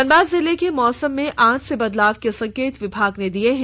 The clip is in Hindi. धनबाद जिले के मौसम में आज से बदलाव के संकेत विभाग ने दिए हैं